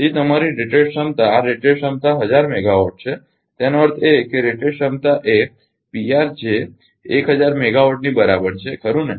તેથી તમારી રેટેડ ક્ષમતા આ રેટેડ ક્ષમતા 1000 મેગાવોટ છે એનો અર્થ એ કે રેટેડ ક્ષમતા એ Pr જે 1000 મેગાવોટ ની બરાબર છે ખરુ ને